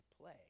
play